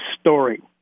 story